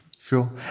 Sure